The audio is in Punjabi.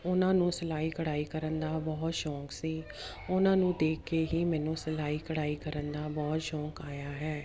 ਉਹਨਾਂ ਨੂੰ ਸਿਲਾਈ ਕਢਾਈ ਕਰਨ ਦਾ ਬਹੁਤ ਸ਼ੌਕ ਸੀ ਉਹਨਾਂ ਨੂੰ ਦੇਖ ਕੇ ਹੀ ਮੈਨੂੰ ਸਿਲਾਈ ਕਢਾਈ ਕਰਨ ਦਾ ਬਹੁਤ ਸ਼ੌਕ ਆਇਆ ਹੈ